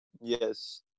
Yes